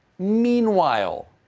meanwhile!